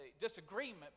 disagreement